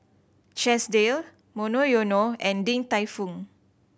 Chesdale Monoyono and Din Tai Fung